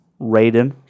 Raiden